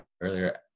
earlier